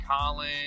Colin